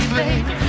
baby